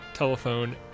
Telephone